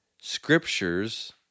scriptures